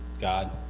God